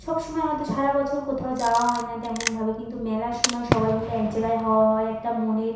সব সময় হয়তো সারা বছর কোথাও যাওয়া হয় না তেমনভাবে কিন্তু মেলার সময় সবাই মিলে এক জায়গায় হওয়া হয় একটা মনের